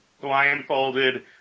blindfolded